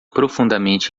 profundamente